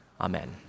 Amen